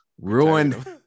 ruined